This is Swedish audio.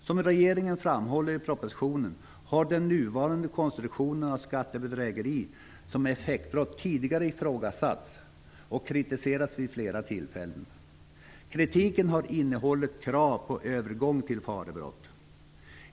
Som regeringen framhåller i propositionen har den nuvarande konstruktionen av skattebedrägeri som effektbrott tidigare ifrågasatts och kritiserats vid flera tillfällen. Kritiken har innehållit krav på övergång till farebrott.